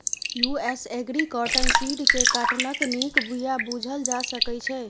US agri cotton seed केँ काँटनक नीक बीया बुझल जा सकै छै